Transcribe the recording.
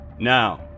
Now